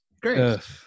great